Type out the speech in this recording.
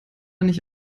nicht